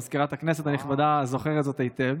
מזכירת הכנסת הנכבדה זוכרת זאת היטב.